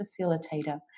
facilitator